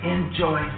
Enjoy